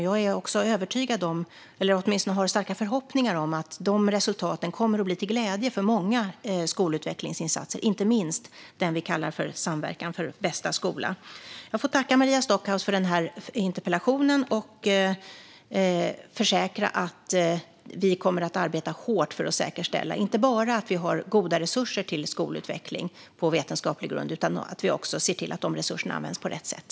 Jag har starka förhoppningar om att de kommer att bli till glädje för många skolutvecklingsinsatser, inte minst den vi kallar Samverkan för bästa skola. Jag får tacka Maria Stockhaus för interpellationen och försäkra att vi kommer att arbeta hårt för att säkerställa inte bara goda resurser till skolutveckling på vetenskaplig grund utan att vi också ser till att de resurserna används på rätt sätt.